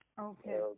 Okay